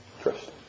Trust